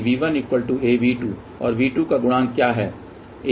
तो V2 का गुणांक क्या है